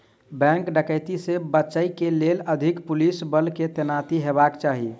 bank डकैती से बचय के लेल अधिक पुलिस बल के तैनाती हेबाक चाही